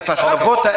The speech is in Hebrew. חיים הופרט,